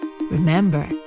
Remember